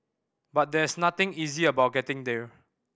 but there's nothing easy about getting there